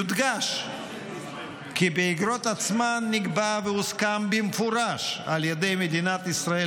יודגש כי באיגרות עצמן נקבע והוסכם במפורש על ידי מדינת ישראל